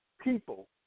people